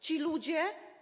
Ci ludzie.